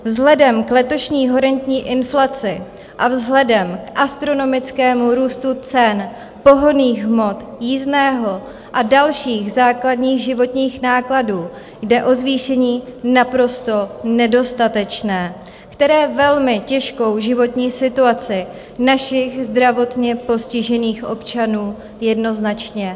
Vzhledem k letošní horentní inflaci a vzhledem k astronomickému růstu cen pohonných hmot, jízdného a dalších základních životních nákladů jde o zvýšení naprosto nedostatečné, které velmi těžkou životní situaci našich zdravotně postižených občanů jednoznačně neřeší.